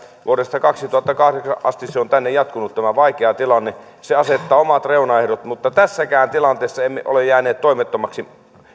vuodesta kaksituhattakahdeksan tänne asti on jatkunut tämä vaikea tilanne se asettaa omat reunaehdot mutta tässäkään tilanteessa emme ole jääneet toimettomiksi